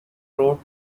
root